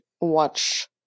watch